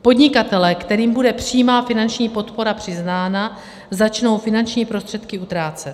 Podnikatelé, kterým bude přímá finanční podpora přiznána, začnou finanční prostředky utrácet.